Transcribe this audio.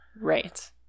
Right